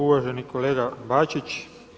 Uvaženi kolega Bačić.